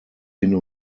hin